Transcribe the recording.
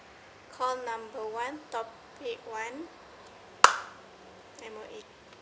call number one topic one M_O_E